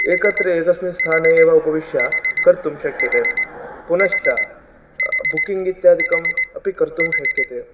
एकत्र एकस्मिन् स्थाने एव उपविश्य कर्तुं शक्यते पुनश्च बुक्किङ्ग् इत्यादिकम् अपि कर्तुं शक्यते